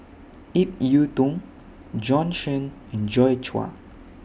Ip Yiu Tung Bjorn Shen and Joi Chua